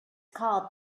called